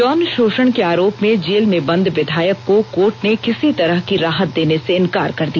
यौन शोषण के आरोप में जेल में बंद विधायक को कोर्ट ने किसी तरह की राहत देने से इंकार कर दिया